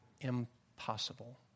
impossible